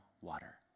water